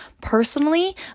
personally